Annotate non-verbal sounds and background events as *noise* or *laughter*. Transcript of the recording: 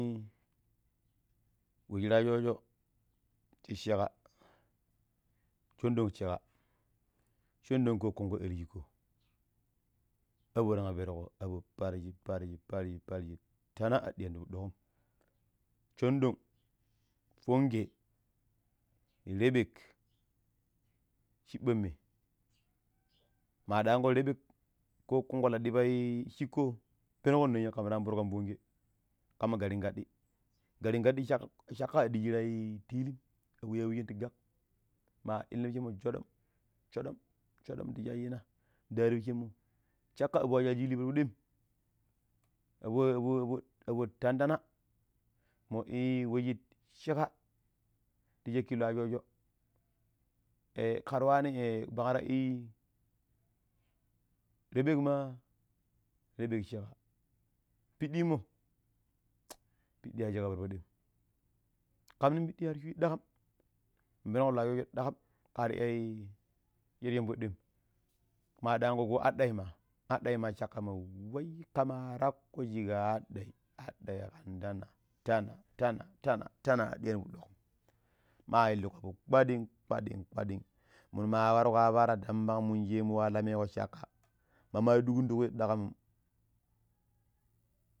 Wu shira sho sho, ti shikka shondong shikka, *noise* shondona ko kunko ele shik. Abo tan perko abo pariji pariji pariji pariji tana a diya ti pidi dokam. *noise* Shondong, funge, rebek, shibbamme, *noise* ma daanko rebek ko kunko la diba shikko penngo ninya kam ta anburu kan funge kamma garin gadi garin gadi shak- shakkka a diji ti ilim abo yawujini ti gale, ma ilina to pinshamo jodom jodom jodom ndi shayina da haru pichanmo shakka abo a shaji ili parpadam abo abo abo abo tan- tana munmo we shi shikka ti shakki loo ya sho sho *noise* karwari *noise* panra i rebok ma'a rebek shikka pidimo *noise* pidi a shikka parpadam kam mi pidi har sono-shoi daakom ni pennoko lwa sho sho dakam kari iya ye shomvoi dwem. Ma daanko ko hadaima, hadai ma shakkai wai kama takko shik hadai, hadai kan taana taana taana taana taana ar diyani ti pi dokm, ma illiko kpadi kpadi kpadi, minu ma waro ya para damban munjimu waala mikon shakka mama dukkun ti kyi dakamim.